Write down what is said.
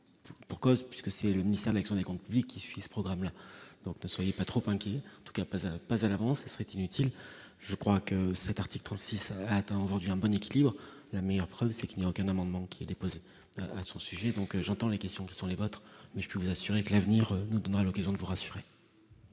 pour cause, puisque c'est le ministère qui, des comptes publics qui suit ce programme là donc ne soyez pas trop inquiet, en tout cas pas à pas à l'avance et serait inutile, je crois que cet article 36 atteint aujourd'hui un bon équilibre, la meilleure preuve, c'est qu'il n'y a aucun amendement qui déposé à son sujet donc j'entends les questions qui sont les vôtres, mais je peux vous assurer que l'avenir nous donnera l'occasion de vous rassurer.